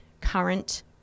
current